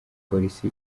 polisi